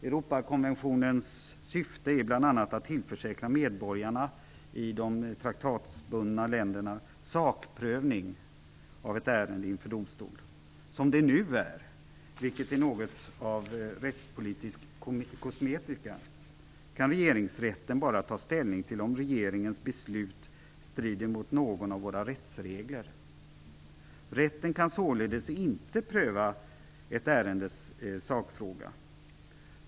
Europakonventionens syfte är bl.a. att tillförsäkra medborgarna i de traktatbundna länderna sakprövning av ett ärende inför domstol. Som det nu är, och det är något av rättspolitisk kosmetika, kan regeringsrätten bara ta ställning till om regeringens beslut strider mot någon av våra rättsregler. Rätten kan således inte pröva ett ärendes sakfråga.